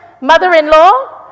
mother-in-law